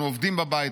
אנחנו עובדים בבית,